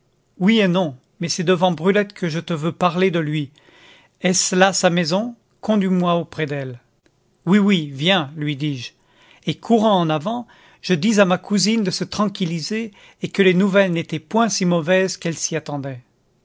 oui et non mais c'est devant brulette que je te veux parler de lui est-ce là sa maison conduis-moi auprès d'elle oui oui viens lui dis-je et courant en avant je dis à ma cousine de se tranquilliser et que les nouvelles n'étaient point si mauvaises qu'elle s'y attendait